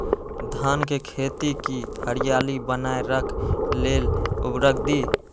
धान के खेती की हरियाली बनाय रख लेल उवर्रक दी?